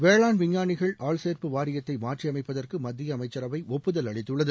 வேளாண் விஞ்ஞானிகள் ஆள்சேர்ப்பு வாரியத்தை மாற்றியமைப்பதற்கு மத்திய அமைச்சரவை ஒப்புதல் அளித்துள்ளது